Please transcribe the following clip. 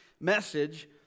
message